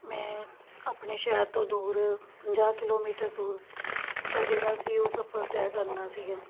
ਮੈਂ ਆਪਣੇ ਸ਼ਹਿਰ ਤੋਂ ਦੂਰ ਪੰਜਾਹ ਕਿਲੋਮੀਟਰ ਦੂਰ ਦਾ ਜਿਹੜਾ ਸੀ ਉਹ ਸਫਰ ਤੈਅ ਕਰਨਾ ਸੀਗਾ